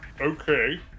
okay